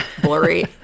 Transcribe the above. blurry